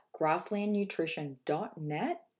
grasslandnutrition.net